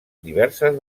diverses